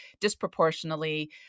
disproportionately